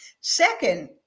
Second